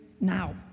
now